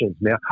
man